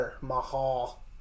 Mahal